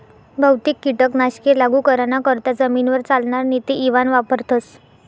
बहुतेक कीटक नाशके लागू कराना करता जमीनवर चालनार नेते इवान वापरथस